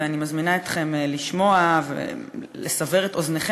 ואני מזמינה אתכם לשמוע ולסבר את אוזנכם